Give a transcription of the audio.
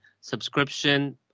subscription